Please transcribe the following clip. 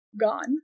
gone